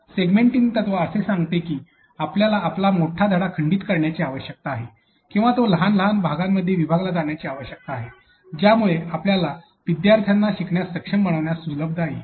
segmenting तत्त्व असे सांगते की आपल्याला आपला मोठा धडा खंडित करण्याची आवश्यकता आहे किंवा तो लहान लहान भागांमध्ये विभागला जाण्याची आवश्यकता आहे ज्यामुळे आपल्या विद्यार्थ्यांना शिकण्यास सक्षम बनण्यास सुलभता होईल